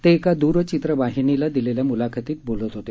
ते एका द्रचित्रवाहिनीला दिलेल्या मुलाखतीत बोलत होते